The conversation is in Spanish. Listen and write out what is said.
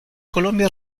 colombia